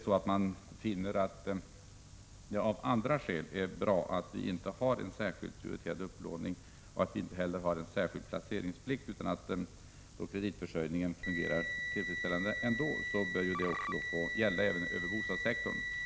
Om man finner att det av andra skäl är bra att vi varken har en särskild prioriterad upplåning eller placeringsplikt och kreditförsörjningen ändå fungerar tillfredsställande, bör detta få gälla även i fråga om bostadssektorn.